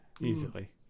Easily